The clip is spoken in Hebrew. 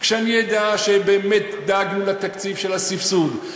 כשאני אדע שבאמת דאגנו לתקציב של הסבסוד,